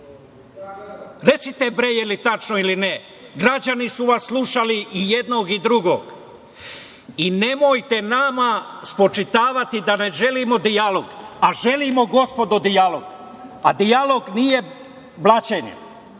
Recite, bre da li je tačno ili ne? Građani su vas slušali i jednog i drugog. Nemojte nama spočitavati da ne želimo dijalog, a želimo gospodo dijalog, a dijalog nije blaćenje.